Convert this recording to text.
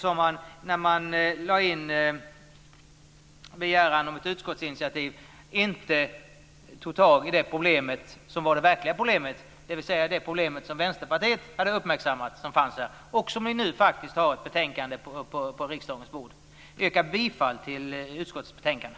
När man lade in om ett utskottsinitiativ tog man ju inte itu med det verkliga problemet, dvs. det problem som Vänsterpartiet hade uppmärksammat och som det nu finns ett betänkande om på riksdagens bord. Jag yrkar bifall till hemställan i utskottets betänkande.